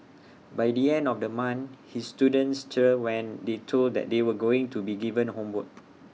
by the end of the month his students cheered when they told that they were going to be given homework